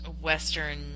Western